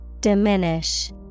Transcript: diminish